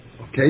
Okay